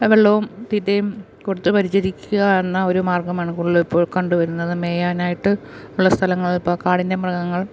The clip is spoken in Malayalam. വെള്ളവും തീറ്റയും കൊടുത്ത് പരിചരിക്കുക എന്ന ഒരു മാർഗമാണ് കൂടുതലിപ്പോൾ കണ്ട് വരുന്നത് മെയ്യാനായിട്ട് ഉള്ള സ്ഥലങ്ങളിപ്പോൾ കാടിൻ്റെ മൃഗങ്ങൾ